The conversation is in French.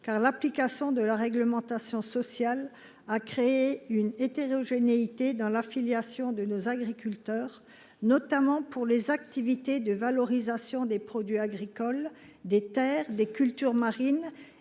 car l’application de la réglementation sociale a créé une hétérogénéité dans l’affiliation de nos agriculteurs, notamment pour les activités de valorisation des produits agricoles, des terres et des cultures marines,